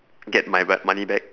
get my ba~ my money back